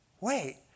Wait